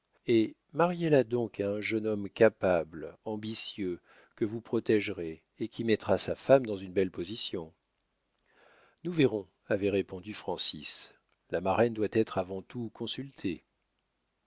eh mariez la donc à un jeune homme capable ambitieux que vous protégerez et qui mettra sa femme dans une belle position nous verrons avait répété francis la marraine doit être avant tout consultée